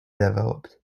developed